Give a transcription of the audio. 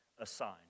assigned